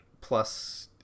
plus